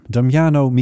Damiano